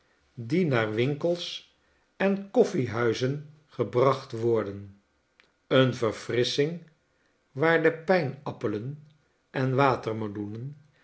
die naar winkels en koffiehuizen gebracht worden een verfrissching waar de pijnappelen en watermeloenen